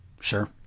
Sure